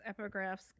epigraphs